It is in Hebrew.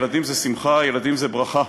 ילדים זה שמחה, ילדים זה ברכה.